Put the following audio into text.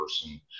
person